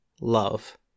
love